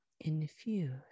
Infuse